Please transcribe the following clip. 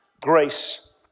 grace